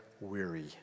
weary